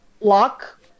lock